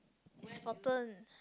it's fourteen